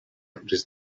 ĝis